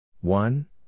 One